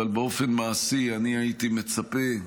אבל באופן מעשי אני הייתי מצפה,